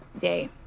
day